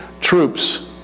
troops